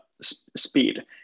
speed